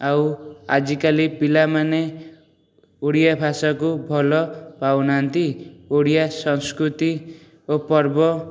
ଆଉ ଆଜିକାଲି ପିଲାମାନେ ଓଡ଼ିଆ ଭାଷାକୁ ଭଲ ପାଉନାହାନ୍ତି ଓଡ଼ିଆ ସଂସ୍କୃତି ଓ ପର୍ବ